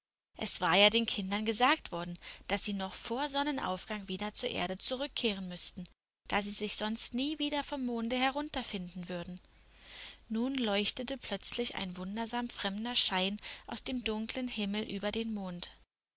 es war ja den kindern gesagt worden daß sie noch vor sonnenaufgang wieder zur erde zurückkehren müßten da sie sich sonst nie wieder vom monde herunterfinden würden nun leuchtete plötzlich ein wundersam fremder schein aus dem dunklen himmel über dem monde